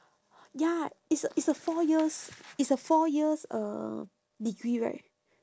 ya it's a it's a four years it's a four years uh degree right